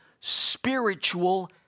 spiritual